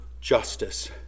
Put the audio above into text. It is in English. justice